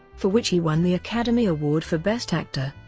for which he won the academy award for best actor.